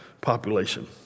population